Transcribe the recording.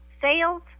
sales